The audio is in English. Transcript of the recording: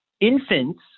infants